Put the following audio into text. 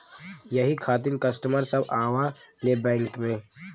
यही खातिन कस्टमर सब आवा ले बैंक मे?